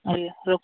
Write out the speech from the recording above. ଆଜ୍ଞା ରଖୁଛି